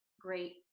great